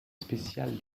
spéciale